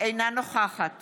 אינה נוכחת